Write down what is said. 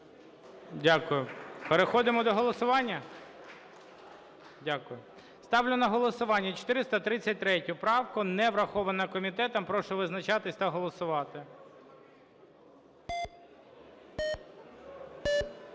Дякую. Переходимо до голосування? Дякую. Ставлю на голосування 433 правку. Не врахована комітетом. Прошу визначатися та голосувати.